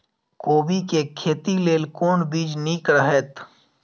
कोबी के खेती लेल कोन बीज निक रहैत?